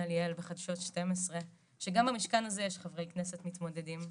ליאל בחדשות 12 שגם במשכן הזה יש חברי כנסת מתמודדים,